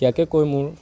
ইয়াকে কৈ মোৰ